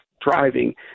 driving